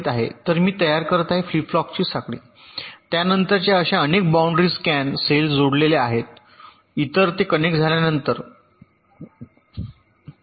तर मी तयार करत आहे फ्लिप फ्लॉपची साखळी त्यानंतरच्या अशा अनेक बाउंड्री स्कॅन सेल्स जोडलेल्या आहेत इतर ते कनेक्ट झाल्यानंतर एक